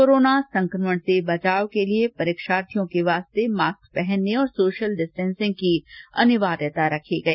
corona संक्रमण से बचाव के लिए परीक्षार्थियों के लिए मास्क पहनने और सोशल डिस्टेंसिंग की अनिवार्यता रखी गई